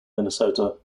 minnesota